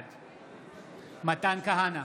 בעד מתן כהנא,